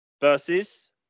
versus